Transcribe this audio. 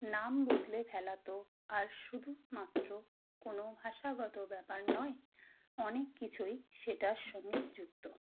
নাম বদলে ফেলাতো আর শুধুমাত্র কোনো ভাষাগত ব্যাপার নয় অনেক কিছুই সেটার সঙ্গে যুক্ত